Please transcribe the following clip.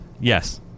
Yes